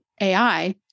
AI